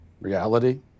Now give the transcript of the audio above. reality